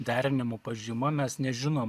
derinimo pažyma mes nežinom